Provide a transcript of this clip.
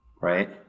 right